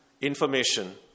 information